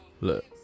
look